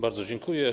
Bardzo dziękuję.